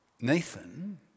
Nathan